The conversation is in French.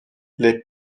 les